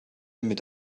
mit